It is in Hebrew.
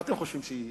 מה אתם חושבים שיהיה?